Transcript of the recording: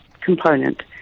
component